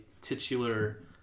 titular